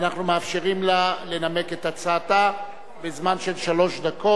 אנחנו מאפשרים לה לנמק את הצעתה בזמן של שלוש דקות.